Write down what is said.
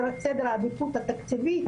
וסדר העדיפות התקציבי,